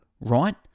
right